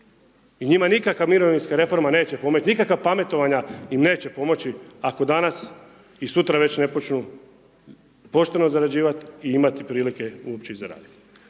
I njima nikakva mirovinska reforma neće pomoći, nikakva pametovanja im neće pomaći ako danas i sutra već ne počnu pošteno zarađivat i imati prilike uopće i zaradit.